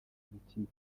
bw’ikipe